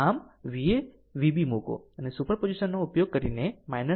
આમ Va Vb મૂકો અને સુપર પોઝિશનનો ઉપયોગ કરીને 30